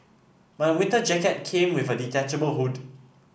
my winter jacket came with a detachable hood